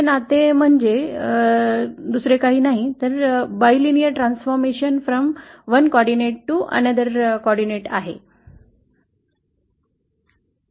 नात्यातून दुसर्या समन्वयनात बैलीनेयर परिवर्तनशिवाय काहीही नाही